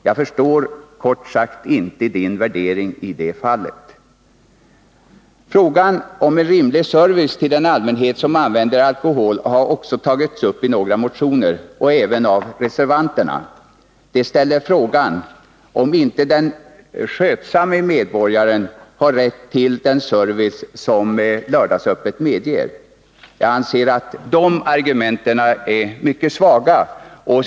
Jag förstår kort sagt inte hans värdering i det fallet. Frågan om en rimlig service till den allmänhet som använder alkohol har tagits upp i några motioner och även av reservanterna. De ställer frågan om inte den skötsamme medborgaren har rätt till den service som lördagsöppet ger. Jag anser att det argumentet är mycket svagt.